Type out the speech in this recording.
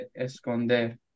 esconder